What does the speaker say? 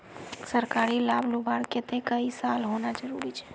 सरकारी लाभ लुबार केते कई साल होना जरूरी छे?